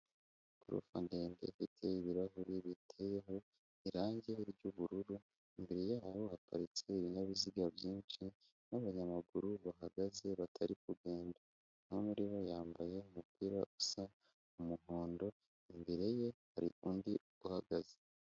Igorofa ndende ifite ibirahuri biteyeho irangi ry'ubururu, imbere yaho haparitse ibinyabiziga byinshi n'abanyamaguru bahagaze batari kugenda. Umwe muri bo yambaye umupira usa umuhondo, imbere ye hari undi uhagaze.